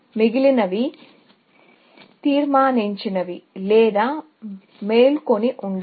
మిగిలినవి తీర్మానించనివి లేదా మేల్కొని ఉండవు